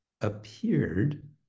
appeared